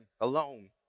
alone